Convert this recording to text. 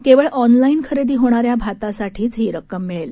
केवळ ऑनलाईन खरेदी होणाऱ्या भातासाठीच ही रक्कम मिळेल